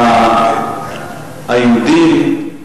היהודים,